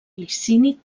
licini